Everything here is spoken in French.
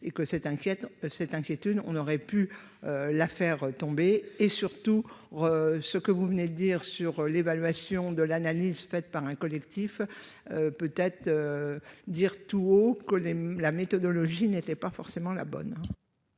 inquiète cette inquiétude, on aurait pu la faire tomber et surtout ce que vous venez de le dire sur l'évaluation de l'analyse faite par un collectif peut-être dire tout haut que les la méthodologie n'était pas forcément la bonne.